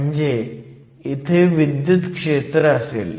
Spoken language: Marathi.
म्हणजेच इथे विद्युत क्षेत्र असेल